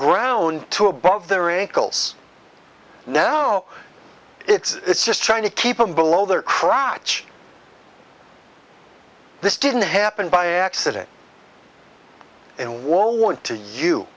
ground to above the wrinkles now it's just trying to keep them below their crotch this didn't happen by accident and won't want to you